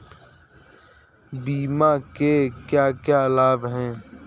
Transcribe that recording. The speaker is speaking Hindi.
बीमा के क्या क्या लाभ हैं?